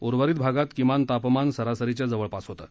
उर्वरित भागात किमान तापमान सरासरीच्या जवळपास होतं